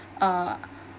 uh